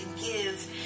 give